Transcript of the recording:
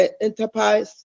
enterprise